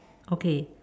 okay